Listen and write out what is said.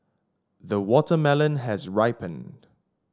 the watermelon has ripened